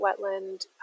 wetland